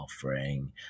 offering